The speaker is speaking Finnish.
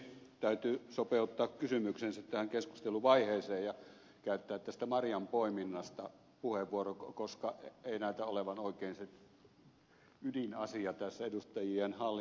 täytyy sopeuttaa kysymys tähän keskusteluvaiheeseen ja käyttää tästä marjanpoiminnasta puheenvuoro koska ei näytä olevan oikein se ydinasia tässä edustajien hallinnassa